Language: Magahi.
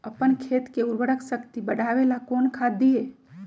अपन खेत के उर्वरक शक्ति बढावेला कौन खाद दीये?